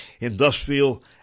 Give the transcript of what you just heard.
industrial